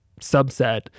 subset